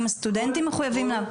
האם הסטודנטים מחוייבים.